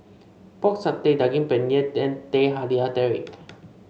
Pork Satay Daging Penyet and Teh Halia Tarik